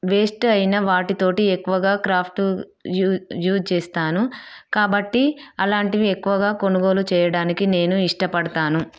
waste అయిన వాటితోటి ఎక్కువగా క్రాఫ్ట్ యూ యూస్ చేస్తాను కాబట్టి అలాంటివి ఎక్కువగా కొనుగోలు చేయడానికి నేను ఇష్టపడతాను